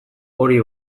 hori